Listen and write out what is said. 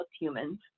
humans